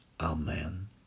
amen